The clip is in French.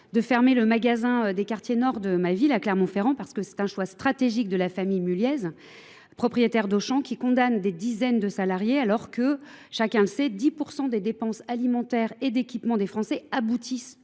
de fermer le magasin des quartiers nord de ma ville à Clermont-Ferrand parce que c'est un choix stratégique de la famille Muliaise, propriétaire d'Auchan qui condamne des dizaines de salariés alors que, chacun le sait, 10% des dépenses alimentaires et d'équipements des Français aboutissent